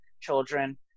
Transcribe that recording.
children